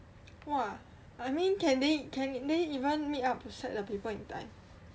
!wah! I mean can they can they even meet up to set the paper in time